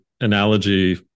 analogy